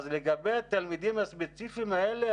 אז לגבי התלמידים הספציפיים האלה,